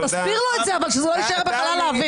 תסביר לו את זה, שזה לא יישאר בחלל האוויר.